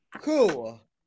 Cool